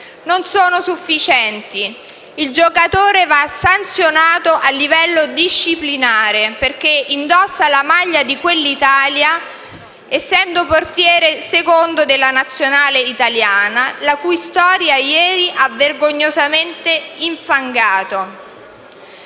Non sono sufficienti: il giocatore va sanzionato a livello disciplinare, perché indossa la maglia di quell'Italia, essendo secondo portiere della nazionale italiana, la cui storia ieri ha vergognosamente infangato.